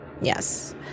yes